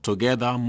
Together